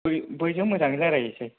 बै बैजों मोजाङै रायलायहैसै